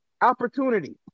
Opportunity